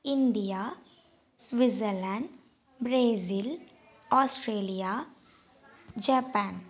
India Switzerland Brazil Australia Japan